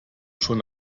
schon